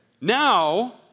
Now